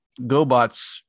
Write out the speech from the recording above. GoBots